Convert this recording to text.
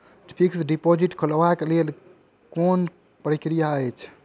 Fixed deposit खोलबाक लेल केँ कुन प्रक्रिया अछि?